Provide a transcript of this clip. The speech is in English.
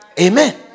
Amen